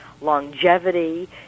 longevity